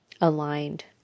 aligned